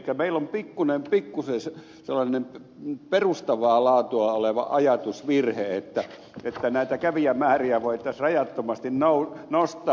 meillä on pikkuisen sellainen perustavaa laatua oleva ajatusvirhe että kävijämääriä voitaisiin rajattomasti nostaa